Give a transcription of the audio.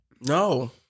No